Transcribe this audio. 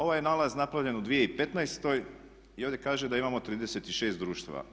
Ovaj je nalaz napravljen u 2015. i ovdje kaže da imamo 36 društava.